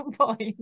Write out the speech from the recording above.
point